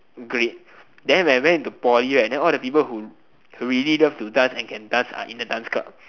great then when I went to poly right then all the people who really love to dance and can dance are in the dance club